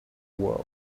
world